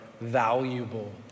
valuable